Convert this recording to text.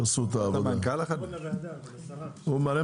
הישיבה ננעלה בשעה 09:53.